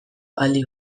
aldi